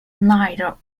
neither